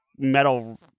metal